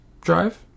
drive